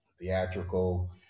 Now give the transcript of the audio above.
theatrical